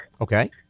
Okay